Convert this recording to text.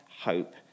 hope